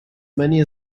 many